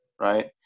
right